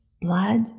blood